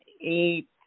eight